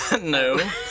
No